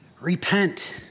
Repent